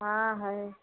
हाँ है